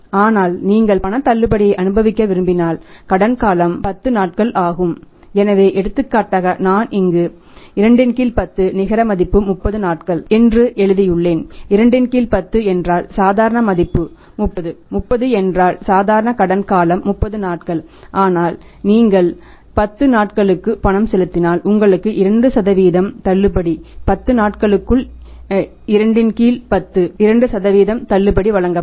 ஆனால் நீங்கள் 10 நாட்களுக்குள் பணம் செலுத்தினால் உங்களுக்கு 2 தள்ளுபடி 10 நாட்களுக்குள் 210 2 தள்ளுபடி வழங்கப்படும்